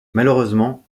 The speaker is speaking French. malheureusement